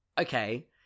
okay